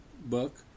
book